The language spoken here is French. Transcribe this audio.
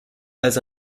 pas